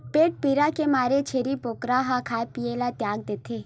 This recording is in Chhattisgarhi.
पेट पीरा के मारे छेरी बोकरा ह खाए पिए ल तियाग देथे